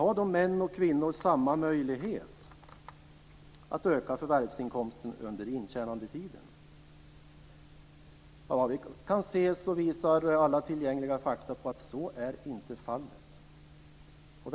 Har då män och kvinnor samma möjligheter att öka förvärvsinkomsten under intjänandetiden? Såvitt vi kan förstå visar alla tillgängliga fakta på att så inte är fallet.